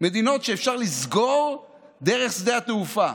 מדינות שאפשר לסגור דרך שדה התעופה,